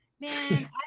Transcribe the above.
man